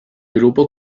grupo